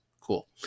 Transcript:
cool